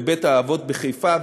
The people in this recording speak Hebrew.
בבית-האבות בחיפה,